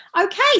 okay